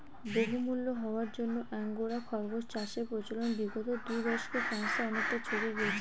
বহুমূল্য হওয়ার জন্য আঙ্গোরা খরগোস চাষের প্রচলন বিগত দু দশকে ফ্রান্সে অনেকটা ছড়িয়ে গিয়েছে